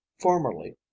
Formerly